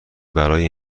برای